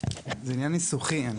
זה עניין ניסוחי.